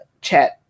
chat